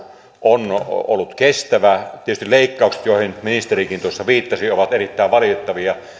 on ollut kestävä tietysti leikkaukset joihin ministerikin tuossa viittasi ovat erittäin valitettavia